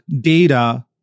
data